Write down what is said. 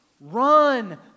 Run